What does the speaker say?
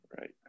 Right